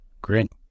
Great